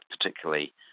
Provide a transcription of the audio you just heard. particularly